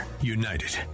United